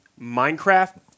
Minecraft